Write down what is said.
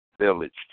village